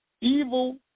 evil